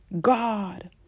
God